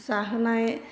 जाहोनाय